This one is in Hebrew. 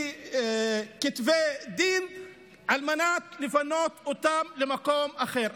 ופסקי דין על מנת לפנות אותם למקום אחר.